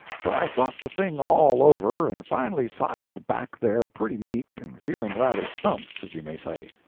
so i thought the thing all over and finally sidled back there pretty meek and feeling rather stumped, as you may say.